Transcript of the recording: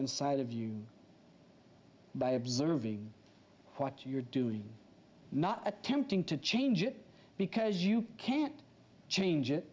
inside of you by observing what you're doing not attempting to change it because you can't change it